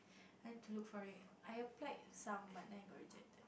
time to look for it I applied some but then I got rejected